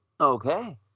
Okay